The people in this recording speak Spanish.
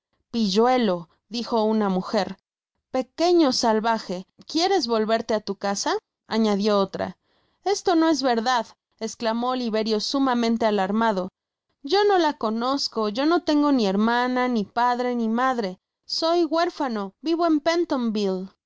pilíuelo dijo una muger pequeño salvage quiéres volverte á tu casa añadió otra esto no es verdad esclamó oliverio sumamente alarmadoyo nola conozco yo no lengo ni hermana ni padre ni madre soy huérfano vivo en